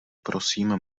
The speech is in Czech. prosím